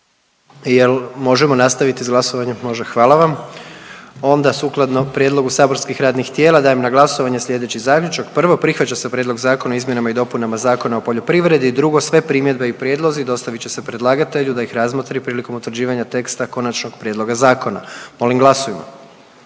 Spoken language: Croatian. je Vlada, rasprava je zaključena. Sukladno prijedlogu saborskih radnih tijela dajem na glasovanje sljedeći zaključak: „1. Prihvaća se Prijedlog Zakona o zaštiti i očuvanju kulturnih dobara i 2. Sve primjedbe i prijedlozi dostavit će se predlagatelju da ih razmotri prilikom utvrđivanja teksta konačnog prijedloga zakona.“ Molim glasujmo.